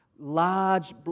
Large